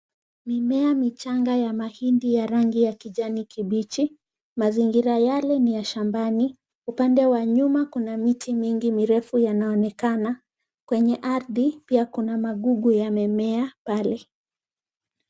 Mimea michanga ya mahindi ya rangi ya kijani kibichi. Mazingira yale ni ya shambani. Upande wa nyuma kuna miti mingi mirefu yanaonekana. Kwenye ardhi pia kuna magugu yamemea pale.